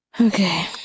Okay